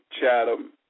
Chatham